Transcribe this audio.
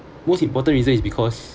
most important reason is because